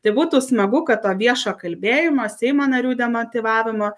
tai būtų smagu kad to viešo kalbėjimo seimo narių demotyvavimo